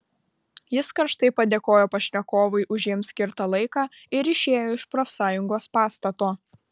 jis karštai padėkojo pašnekovui už jiems skirtą laiką ir išėjo iš profsąjungos pastato